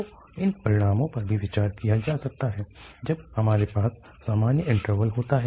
तो इन परिणामों पर भी विचार किया जा सकता है जब हमारे पास सामान्य इन्टरवल होता है